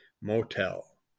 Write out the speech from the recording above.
motel